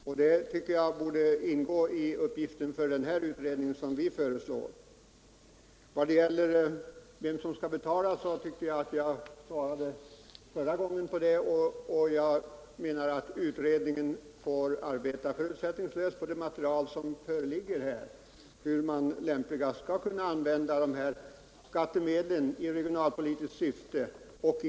Jag anser att det borde ingå i uppgifterna för den utredning som vi föreslår. Frågan om vem som skall betala svarade jag på i mitt förra inlägg, och jag menar att utredningen bör arbeta förutsättningslöst för att komma fram till hur och i vilken omfattning man lämpligen skall kunna använda skattemedel i regionalpolitiskt syfte.